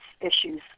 issues